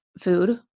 food